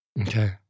Okay